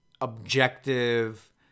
objective